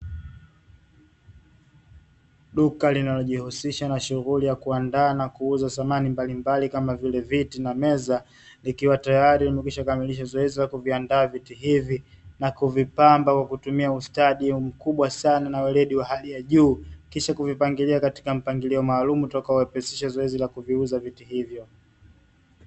Duka linalojihusisha na shughuli ya kuandaa na kuuza samani mbalimbali kama vile viti na meza, likiwa tayari limekwishakamilisha zoezi la kuandaa viti hivi, na kuvipamba kwa kutumia ustadi mkubwa sana na weledi wa hali ya juu. Na kisha kuvipangilia katika mpangilio maalumu, kuipa wepesi zoezi la kuuza viti hivyo.